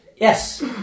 Yes